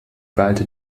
ballte